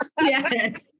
Yes